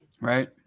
Right